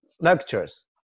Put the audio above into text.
lectures